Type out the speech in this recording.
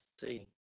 see